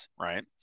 Right